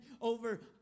over